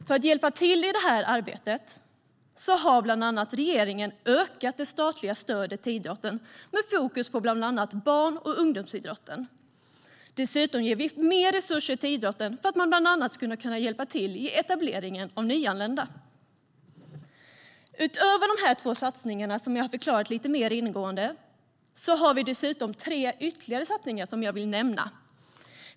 För att hjälpa till i det arbetet har regeringen bland annat ökat det statliga stödet till idrotten med fokus på bland annat barn och ungdomsidrotten. Dessutom ger vi mer resurser till idrotten för att man bland annat ska kunna hjälpa till i etableringen av nyanlända. Utöver de två satsningar som jag har förklarat lite mer ingående har vi tre ytterligare satsningar som jag vill nämna.